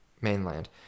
mainland